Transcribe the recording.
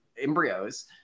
embryos